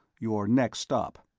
your next stop.